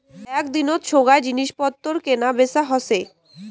এক দিনত সোগায় জিনিস পত্তর কেনা বেচা হসে